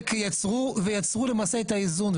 ויצרו את האיזון.